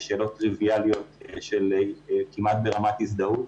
לשאלות טריוויאליות כמעט ברמת הזדהות,